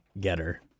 getter